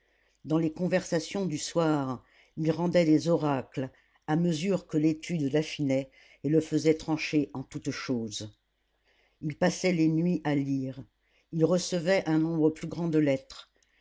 dans les conversations du soir il rendait des oracles à mesure que l'étude l'affinait et le faisait trancher en toutes choses il passait les nuits à lire il recevait un nombre plus grand de lettres